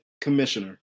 commissioner